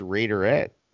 Raiderette